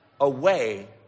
away